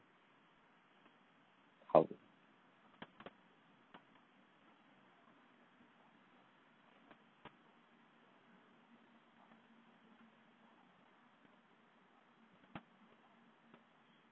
ho~